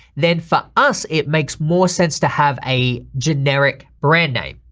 then for us it makes more sense to have a generic brand name.